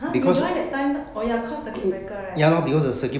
!huh! you join that time or ya cause circuit breaker right